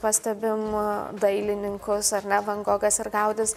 pastebim dailininkus ar ne van gogas ir gaudis